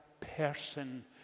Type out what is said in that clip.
person